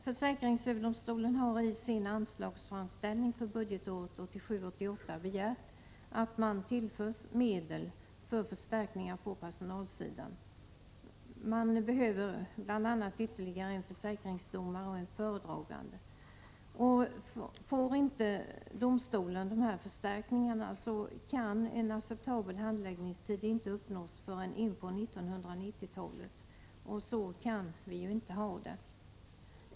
Försäkringsöverdomstolen har i sin anslagsframställning för budgetåret 1987/88 begärt att domstolen tillförs medel för förstärkningar på personalsidan. Man behöver bl.a. ytterligare en försäkringsdomare och en föredragande. Om domstolen inte tillförs dessa förstärkningar, kan en acceptabel handläggningstid inte uppnås förrän in på 1990-talet. Så kan vi inte ha det.